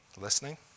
Listening